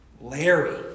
Larry